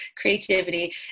creativity